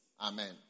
Amen